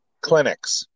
clinics